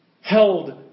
held